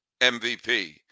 MVP